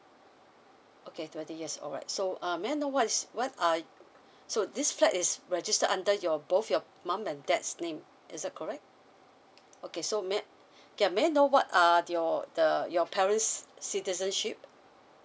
okay twenty years alright so um may I know what's what's are so this flat is registered under your both your mum and dad's name is that correct okay so may I may I know what are your parents citizenship